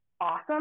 awesome